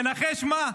ונחש מה,